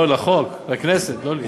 לא, לחוק, לכנסת, לא לי.